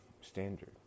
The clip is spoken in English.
standard